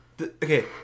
Okay